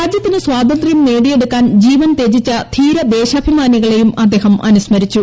രാജ്യത്തിന് സ്വാതന്ത്ര്യം നേടിയെടുക്കാൻ ജീവൻ തൃജിച്ച ധീരദേശാഭിമാനികളേയും അദ്ദേഹം അനുസ്മരിച്ചു